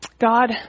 God